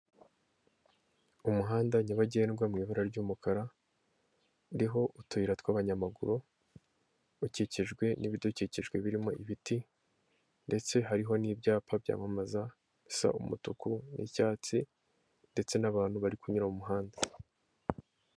Umuhanda nyabagendwa mu ibara ry'umukara uriho utuyira tw'abanyamaguru ukikijwe n'ibidukikije birimo ibiti ndetse hariho n'ibyapa byamamaza bisa umutuku n'icyatsi ndetse n'abantu bari kunyura muhanda.